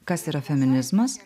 kas yra feminizmas